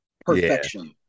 perfection